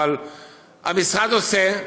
אבל המשרד עושה,